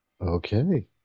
Okay